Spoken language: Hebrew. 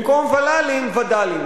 במקום ול"לים, וד"לים.